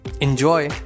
Enjoy